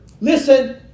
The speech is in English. Listen